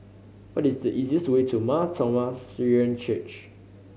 what is the easiest way to Mar Thoma Syrian Church